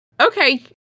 Okay